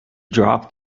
drop